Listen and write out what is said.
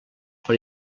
per